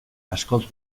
askoz